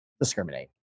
discriminate